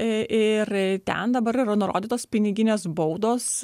ir ten dabar yra nurodytos piniginės baudos